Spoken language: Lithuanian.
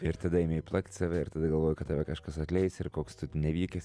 ir tada ėmei plakt save ir tada galvojai kad tave kažkas atleis ir koks tu nevykęs